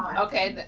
okay, but